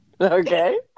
Okay